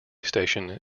station